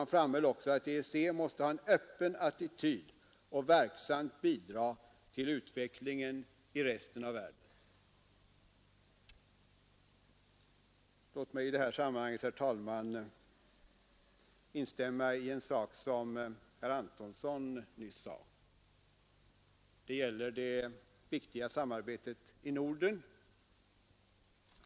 Han framhöll också att EEC måste ha en öppen attityd och verksamt bidra till utvecklingen i resten av världen. Låt mig i det sammanhanget instämma i vad herr Antonsson nyss sade om det viktiga samarbetet i Norden.